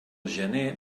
gener